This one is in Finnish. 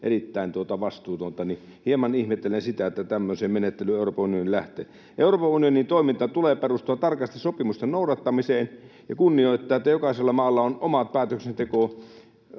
erittäin vastuutonta. Hieman ihmettelen sitä, että tämmöiseen menettelyyn Euroopan unioni lähtee. Euroopan unionin toiminnan tulee perustua tarkasti sopimusten noudattamiseen, ja sen pitää kunnioittaa sitä, että jokaisella maalla on omat päätöksentekoresurssinsa